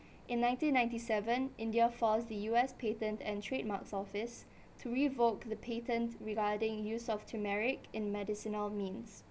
in nineteen ninety seven india forced the U_S patent and trademark office to revoke the patent regarding use of turmeric in medicinal means